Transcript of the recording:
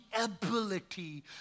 ability